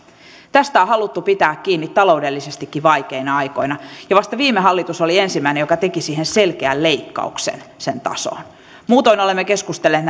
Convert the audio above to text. tästä on haluttu pitää kiinni taloudellisestikin vaikeina aikoina ja vasta viime hallitus oli ensimmäinen joka teki sen tasoon selkeän leikkauksen muutoin olemme keskustelleet